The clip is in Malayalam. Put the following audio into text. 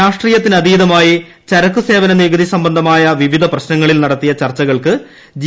രാഷ്ട്രീയത്തിനതീതമായി ചരക്ക് സേവന നികുതി സംബന്ധമായ വിവിധ പ്രശ്നങ്ങളിൽ നടത്തിയ ചർച്ചകൾക്ക് ജി